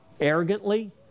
arrogantly